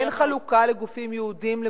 אין חלוקה לגופים יהודיים,